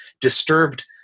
disturbed